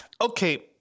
Okay